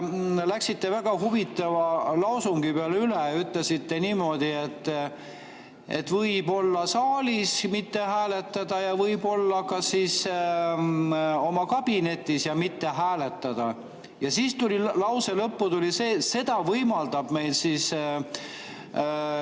läksite väga huvitava lausungi peale üle. Ütlesite niimoodi, et võib olla saalis ja mitte hääletada ning võib olla ka oma kabinetis ja mitte hääletada. Ja siis tuli lõppu lause, et seda võimaldab meil